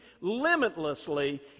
limitlessly